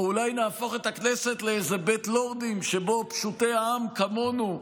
או אולי נהפוך את הכנסת לאיזה בית לורדים שבו פשוטי העם כמונו,